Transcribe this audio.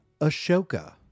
Ashoka